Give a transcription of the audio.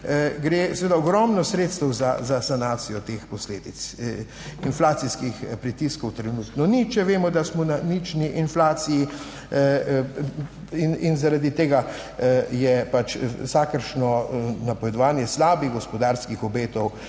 gre seveda ogromno sredstev za sanacijo teh posledic. Inflacijskih pritiskov trenutno ni, če vemo, da smo na nični inflaciji in zaradi tega je pač vsakršno napovedovanje slabih gospodarskih **133.